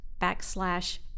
backslash